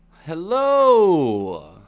Hello